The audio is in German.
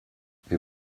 wir